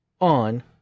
on